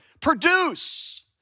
Produce